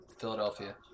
Philadelphia